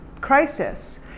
crisis